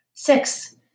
Six